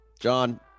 john